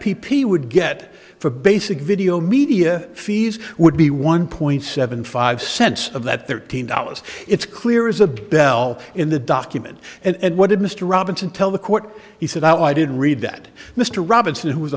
p p would get for basic video media fees would be one point seven five cents of that thirteen dollars it's clear isabel in the document and what did mr robinson tell the court he said i didn't read that mr robinson who was